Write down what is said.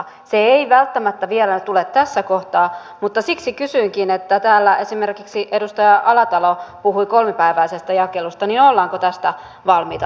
se ei välttämättä vielä tule tässä kohtaa mutta siksi kysynkin täällä esimerkiksi edustaja alatalo puhui kolmipäiväisestä jakelusta ollaanko tästä valmiita luopumaan